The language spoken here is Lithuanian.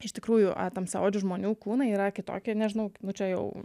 iš tikrųjų tamsiaodžių žmonių kūnai yra kitokie nežinau nu čia jau